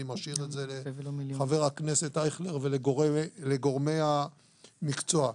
אני משאיר את זה לחה"כ אייכלר ולגורמי המקצוע.